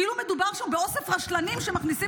כאילו מדובר שם באוסף רשלנים שמכניסים